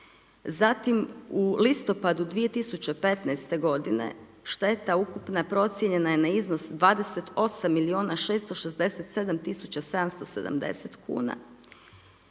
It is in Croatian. zatim u listopadu 2015. godine šteta ukupna procijenjena je na iznos 28.667.770 kuna